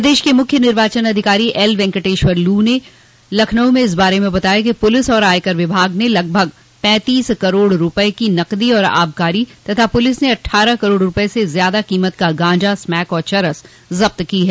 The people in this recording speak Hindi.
प्रदश के मुख्य निर्वाचन अधिकारी एल वेंकटेश्वर लू ने लखनऊ में इस बारे में बताया कि पुलिस और आयकर विभाग ने लगभग पैंतीस करोड़ रूपये की नकदी और आबकारी तथा प्रलिस ने अट्ठारह करोड़ रूपये से ज़्यादा कीमत का गांजा स्मैक और चरस जब्त की है